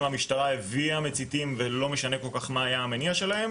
המשטרה הביאה מציתים ולא משנה כל כך מה היה המניע שלהם